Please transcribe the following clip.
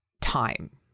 time